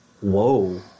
Whoa